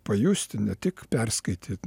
pajusti ne tik perskaityt